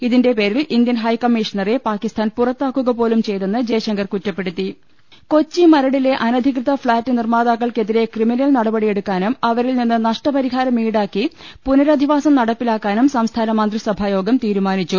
ഇതിന്റെ പേരിൽ ഇന്ത്യൻ ഹൈക്കമ്മീഷണറെ പാക്കിസ്ഥാൻ പുറത്താക്കുക പോലും ചെയ്തെന്ന് ജയശങ്കർ കുറ്റ പ്പെടുത്തി ന കൊച്ചി മരടിലെ അനധികൃത ഫ്ളാറ്റ് നിർമ്മാതാക്കൾക്കെതിരെ ക്രിമിനൽ നടപടിയെടുക്കാനും അവരിൽ നിന്ന് നഷ്ട പരിഹാരം ഈടാക്കി പുനരധിവാസം നടപ്പിലാക്കാനും സംസ്ഥാന മന്ത്രി സഭായോഗം തീരുമാനിച്ചു